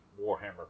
Warhammer